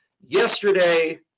Yesterday